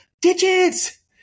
digits